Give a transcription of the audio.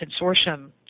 Consortium